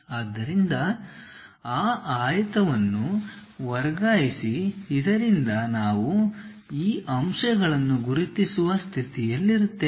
ಆದ್ದರಿಂದ ಆ ಆಯತವನ್ನು ವರ್ಗಾಯಿಸಿ ಇದರಿಂದ ನಾವು ಈ ಅಂಶಗಳನ್ನು ಗುರುತಿಸುವ ಸ್ಥಿತಿಯಲ್ಲಿರುತ್ತೇವೆ